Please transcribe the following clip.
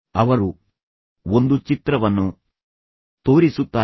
ಅವರು ಒಂದು ಚಿತ್ರವನ್ನು ತೋರಿಸುತ್ತಾರೆ